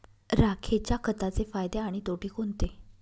राखेच्या खताचे फायदे आणि तोटे कोणते?